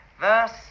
verse